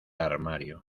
armario